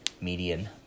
median